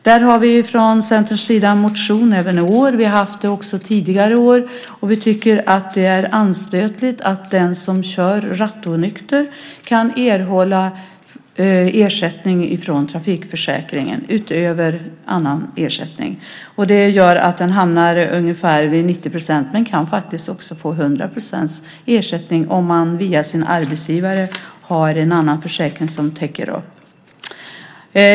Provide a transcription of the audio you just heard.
Där har vi från Centerns sida en motion även i år - vi har haft det tidigare år. Vi tycker att det är anstötligt att den som kör rattonykter kan erhålla ersättning från trafikförsäkringen utöver annan ersättning. Det gör att den hamnar på ungefär 90 %, men man kan också få 100 % ersättning om man via sin arbetsgivare har en annan försäkring som täcker upp.